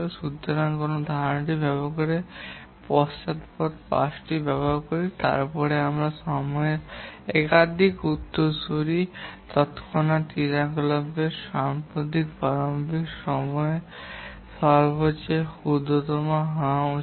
সুতরাং সেই ধারণাটি ব্যবহার করে আমরা পশ্চাদপদ পাসটি ব্যবহার করি এবং তারপরে যদি একাধিক উত্তরসূরি থাকে তবে তত্ক্ষণাত ক্রিয়াকলাপের সাম্প্রতিক প্রারম্ভিক সময়ের সবচেয়ে ক্ষুদ্রতমটি রাখা উচিত